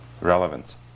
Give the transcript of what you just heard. relevance